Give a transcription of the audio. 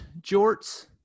jorts